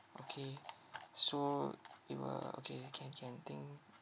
okay so we will okay can can I think